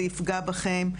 זה יפגע בכם.